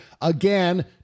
again